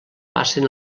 passen